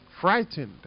Frightened